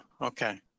okay